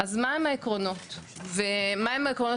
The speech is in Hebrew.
אז מה הם העקרונות ומה הם העקרונות